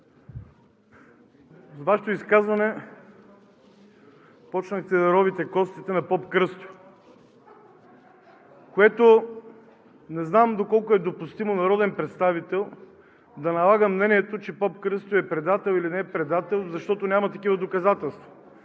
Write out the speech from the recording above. във Вашето изказване започнахте да вадите костите на поп Кръстю, което не знам доколко е допустимо народен представител да налага мнението, че поп Кръстю е предател или не е предател, защото няма такива доказателства.